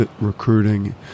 recruiting